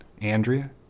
Andrea